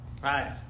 hi